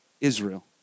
Israel